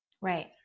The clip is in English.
Right